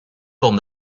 forme